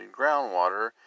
groundwater